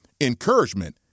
Encouragement